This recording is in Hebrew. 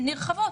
נרחבות.